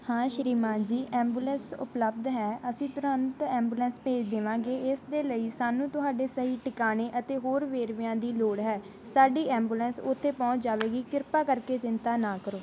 ਹਾਂ ਸ਼੍ਰੀਮਾਨ ਜੀ ਐਂਬੂਲੈਂਸ ਉਪਲਬਧ ਹੈ ਅਸੀਂ ਤੁਰੰਤ ਐਂਬੂਲੈਂਸ ਭੇਜ ਦੇਵਾਂਗੇ ਇਸ ਦੇ ਲਈ ਸਾਨੂੰ ਤੁਹਾਡੇ ਸਹੀ ਟਿਕਾਣੇ ਅਤੇ ਹੋਰ ਵੇਰਵਿਆਂ ਦੀ ਲੋੜ ਹੈ ਸਾਡੀ ਐਂਬੂਲੈਂਸ ਉੱਥੇ ਪਹੁੰਚ ਜਾਵੇਗੀ ਕਿਰਪਾ ਕਰਕੇ ਚਿੰਤਾ ਨਾ ਕਰੋ